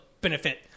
Benefit